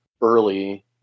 early